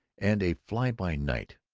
and a fly-by-night.